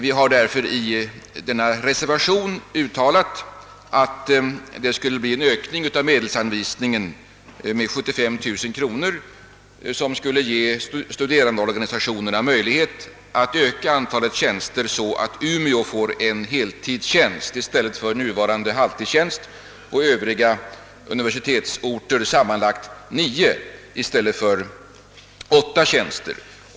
Vi har därför i reservationen föreslagit en ökning av medelsanvisningen med 75 000 kronor, vilket skulle ge studerandeorganisationerna möjlighet att öka antalet idrottslärartjänster så att Umeå finge en heltidstjänst i stället för nuvarande halvtidstjänst och så att övriga universitetsorter finge sammanlagt nio i stället för åtta tjänster.